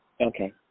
Okay